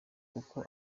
uko